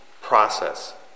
process